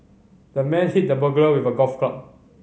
the man hit the burglar with a golf club